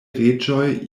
reĝoj